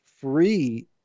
free